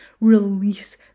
release